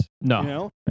No